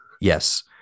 yes